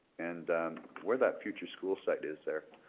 and where that future school site is there,